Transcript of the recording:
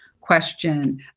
question